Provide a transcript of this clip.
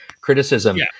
criticism